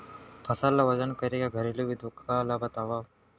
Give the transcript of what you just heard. फसल ला वजन करे के घरेलू विधि ला बतावव?